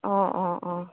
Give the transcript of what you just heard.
অঁ অঁ অঁ